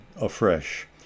afresh